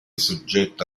soggetta